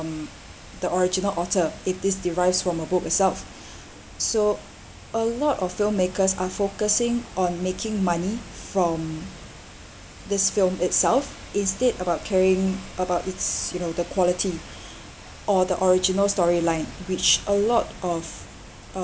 the original author if it's derives from a book itself so a lot of filmmakers are focusing on making money from this film itself instead about caring about it's you know the quality or the original story line which a lot of